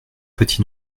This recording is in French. petit